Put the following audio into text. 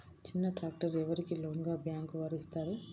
చిన్న ట్రాక్టర్ ఎవరికి లోన్గా బ్యాంక్ వారు ఇస్తారు?